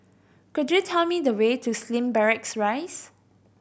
could you tell me the way to Slim Barracks Rise